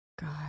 God